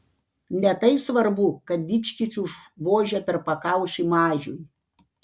ne tai svarbu kad dičkis užvožia per pakaušį mažiui